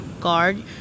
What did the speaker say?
guard